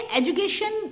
education